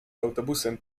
autobusem